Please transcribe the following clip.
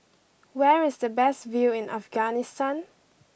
where is the best view in Afghanistan